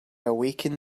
awaken